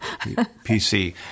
PC